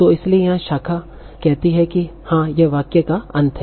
तो इसीलिए यहाँ शाखा कहती है कि हाँ यह वाक्य का अंत है